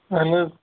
اہن حظ